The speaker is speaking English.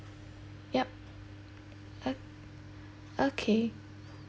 yup o~ okay